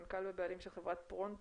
מנכ"ל ובעלים של חברת פרונטו